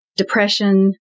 Depression